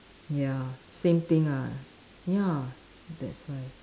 ya same thing ah ya that's why